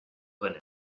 dhuine